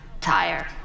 tire